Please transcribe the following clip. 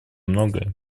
многое